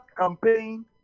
campaign